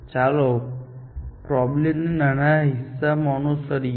ચાલો પ્રોબ્લેમના નાના હિસ્સાને અનુસરીએ